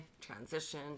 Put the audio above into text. transition